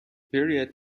period